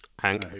hank